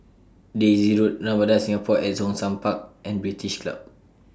Daisy Road Ramada Singapore At Zhongshan Park and British Club